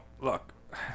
Look